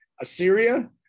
Assyria